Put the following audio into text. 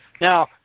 Now